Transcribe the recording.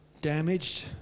damaged